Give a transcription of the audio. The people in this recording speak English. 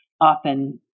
often